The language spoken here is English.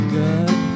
good